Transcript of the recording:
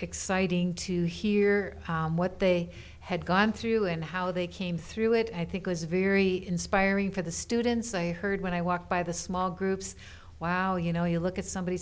exciting to hear what they had gone through and how they came through it i think was very inspiring for the students i heard when i walked by the small groups wow you know you look at somebody